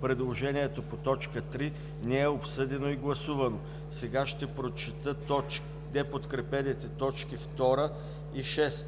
предложението по т. 3 не е обсъдено и гласувано. Сега ще прочета неподкрепените т. 2 и 6.